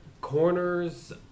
corners